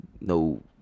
no